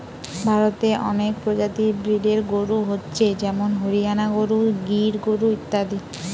ভারতে অনেক প্রজাতির ব্রিডের গরু হচ্ছে যেমন হরিয়ানা গরু, গির গরু ইত্যাদি